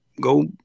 go